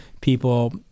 people